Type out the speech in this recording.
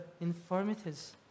infirmities